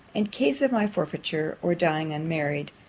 in case of my forfeiture, or dying unmarried,